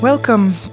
Welcome